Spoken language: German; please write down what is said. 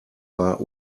war